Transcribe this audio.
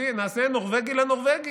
נעשה נורבגי לנורבגי,